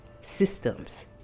systems